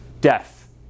Death